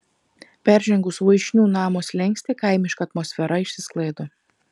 peržengus voišnių namo slenkstį kaimiška atmosfera išsisklaido